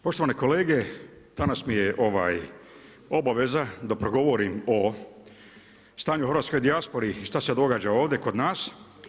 Poštovane kolege, danas mi je obaveza da progovorim o stanju u hrvatskoj dijaspori i šta se događa ovdje kod nas.